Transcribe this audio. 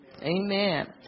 Amen